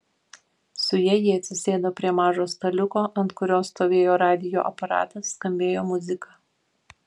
su ja ji atsisėdo prie mažo staliuko ant kurio stovėjo radijo aparatas skambėjo muzika